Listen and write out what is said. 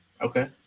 Okay